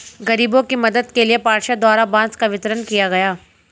गरीबों के मदद के लिए पार्षद द्वारा बांस का वितरण किया गया